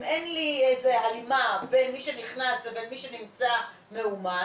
אם אין הלימה בין מי שנכנס לבין מי שנמצא מאומת,